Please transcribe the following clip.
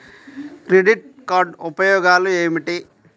Credit card ఉపయోగాలు ఏమిటి?